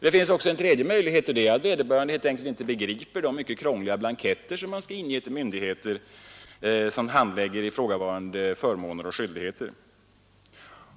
Det finns också en tredje möjlighet: vederbörande kanske helt enkelt inte begriper de mycket krångliga blanketter som skall inges till olika myndigheter, som handlägger ifrågavarande ekonomiska förmåner och skyldigheter.